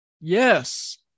Yes